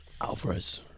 Alvarez